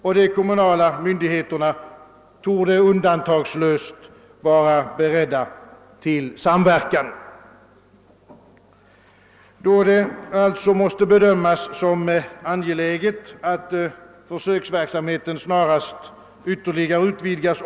Och de kommunala myndigheterna torde undantagslöst vara beredda till samverkan. Då det måste bedömas som angeläget att försöksverksamheten snarast utvidgas.